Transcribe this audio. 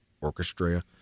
orchestra